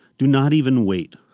do not even wait.